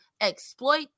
exploit